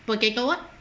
potato what